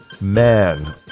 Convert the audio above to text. Man